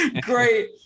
Great